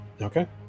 Okay